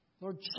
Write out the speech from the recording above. Lord